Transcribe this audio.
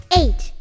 eight